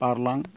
बारलां